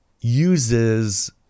uses